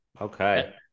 Okay